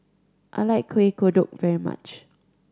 I like Kueh Kodok very much